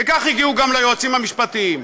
וכך הגיעו גם ליועצים המשפטיים,